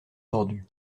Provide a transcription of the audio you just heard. tordus